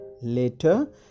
later